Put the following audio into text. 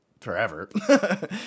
forever